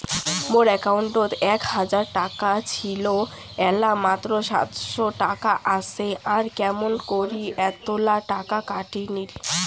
মোর একাউন্টত এক হাজার টাকা ছিল এলা মাত্র সাতশত টাকা আসে আর কেমন করি এতলা টাকা কাটি নিল?